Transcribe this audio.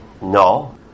no